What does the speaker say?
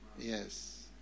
Yes